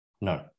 no